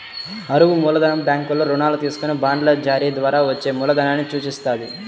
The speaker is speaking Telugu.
అరువు మూలధనం బ్యాంకుల్లో రుణాలు తీసుకొని బాండ్ల జారీ ద్వారా వచ్చే మూలధనాన్ని సూచిత్తది